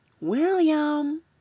William